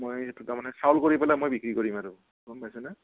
মই সেইটো তাৰমানে চাউল কৰি পেলাই মই বিক্ৰী কৰিম আৰু গম পাইছানে